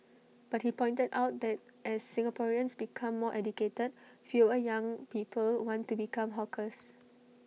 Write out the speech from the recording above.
but he pointed out that as Singaporeans become more educated fewer young people want to become hawkers